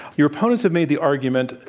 your opponents have made the argument,